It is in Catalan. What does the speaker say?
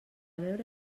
veure